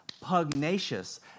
pugnacious